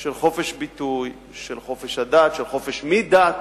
של חופש הביטוי, של חופש הדת, של חופש מדת,